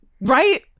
Right